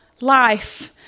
life